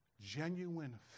genuine